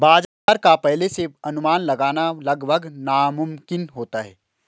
बाजार का पहले से अनुमान लगाना लगभग नामुमकिन होता है